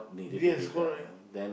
yes correct